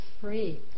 free